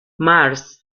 marx